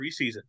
preseason